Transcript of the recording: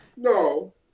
No